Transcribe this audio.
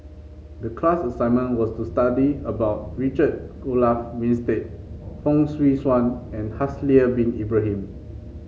the class assignment was to study about Richard Olaf Winstedt Fong Swee Suan and Haslir Bin Ibrahim